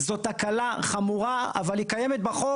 זו תקלה חמורה, אבל היא קיימת בחוק.